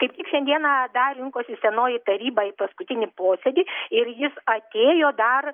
kaip tik šiandieną dar rinkosi senoji taryba į paskutinį posėdį ir jis atėjo dar